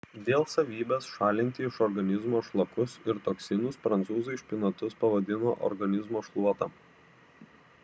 dėl savybės šalinti iš organizmo šlakus ir toksinus prancūzai špinatus pavadino organizmo šluota